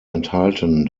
enthalten